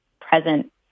present